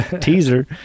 teaser